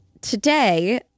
today